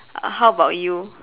h~ how about you